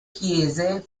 chiese